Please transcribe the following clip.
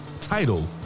title